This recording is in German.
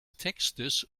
textes